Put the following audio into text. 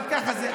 אבל ככה זה,